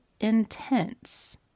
intense